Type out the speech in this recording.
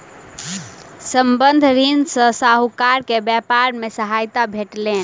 संबंद्ध ऋण सॅ साहूकार के व्यापार मे सहायता भेटलैन